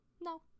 No